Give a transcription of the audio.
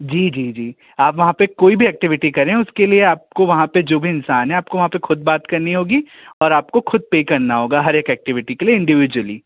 जी जी जी आप वहाँ पे कोई भी एक्टिविटी करें उसके लिए आपको वहाँ पे जो भी इंसान है आपको वहाँ पे खुद बात करनी होगी और आपको खुद पे करना होगा हर एक एक्टिविटी के लिए इंडिविजुअली